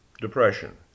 depression